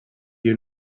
you